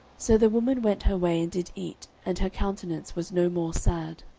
so the woman went her way, and did eat, and her countenance was no more sad